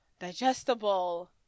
digestible